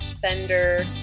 Fender